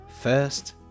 first